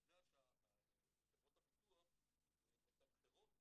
מפני שחברות הביטוח מתמחרות